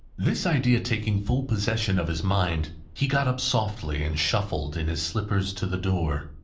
this idea taking full possession of his mind, he got up softly and shuffled in his slippers to the door.